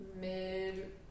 mid